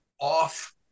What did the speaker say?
off